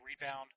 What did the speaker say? rebound